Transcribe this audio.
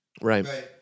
Right